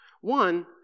One